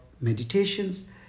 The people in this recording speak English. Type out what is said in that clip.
meditations